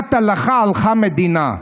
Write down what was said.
מדינת הלכה, הלכה המדינה.